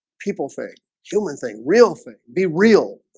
people think human thing real thing be real